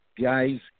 Guys